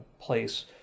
place